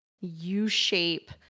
U-shape